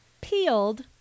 peeled